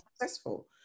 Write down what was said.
successful